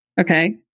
Okay